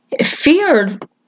Feared